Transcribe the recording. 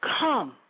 Come